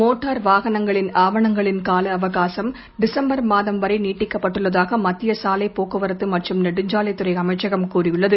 motor வாகனங்களின் ஆவணங்களின் கால அவகாசம் டிசம்பர் மாதம் வரை நீட்டிக்கப்பட்டுள்ளதாக மத்திய சாலை போக்குவரத்து மற்றும் நெடுஞ்சாலைத் துறை அமைச்சகம் கூறியுள்ளது